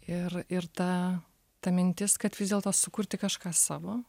ir ir ta ta mintis kad vis dėlto sukurti kažką savo